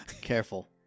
Careful